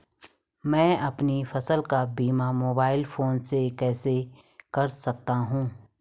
मैं अपनी फसल का बीमा मोबाइल फोन से कैसे कर सकता हूँ?